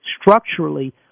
structurally